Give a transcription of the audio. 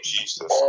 Jesus